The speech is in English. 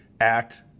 act